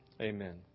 Amen